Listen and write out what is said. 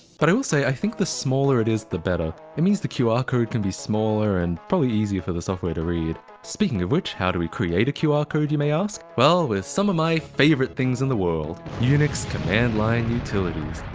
but i will say i think the smaller it is the better. it means the qr code can be smaller and probably easier for the software to read. speaking of which, how do we create a qr code you may ask? well with some of my favorite things in the world unix command line utilities.